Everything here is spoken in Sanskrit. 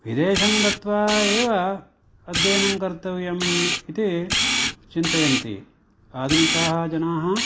विदेशं गत्वा एव अध्ययनं कर्तव्यम् इति चिन्तयन्ति आधुनिकाः जनाः